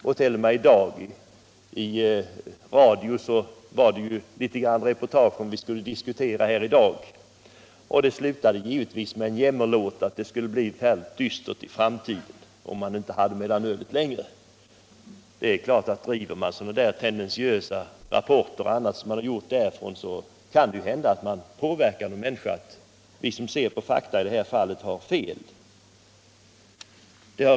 I dag var det också ett litet reportage i radion om den mellanölsdebatt som vi nu för i riksdagen, och det reportaget slutade givetvis med en jämmerlåt att det skulle bli förfärligt dystert i framtiden, om man inte fick ha mellanölet kvar. Om man gör sådana reportage och skriver tendentiösa rapporter kan man naturligtvis påverka någon människa till att tycka att vi som ser till fakta i detta fall har fel.